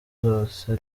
zose